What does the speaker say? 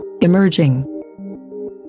emerging